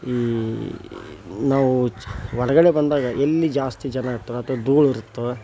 ಈ ನಾವು ಚ್ ಹೊರಗಡೆ ಬಂದಾಗ ಎಲ್ಲಿ ಜಾಸ್ತಿ ಜನ ಇರ್ತಾರೋ ಅಥವಾ ಧೂಳು ಇರ್ತವೋ